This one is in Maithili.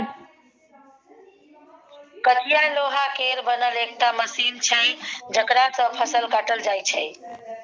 कचिया लोहा केर बनल एकटा मशीन छै जकरा सँ फसल काटल जाइ छै